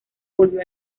volvió